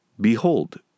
Behold